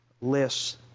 lists